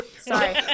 Sorry